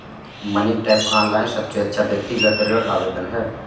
money Tap, online सबसे अच्छा व्यक्तिगत ऋण आवेदन है